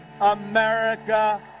America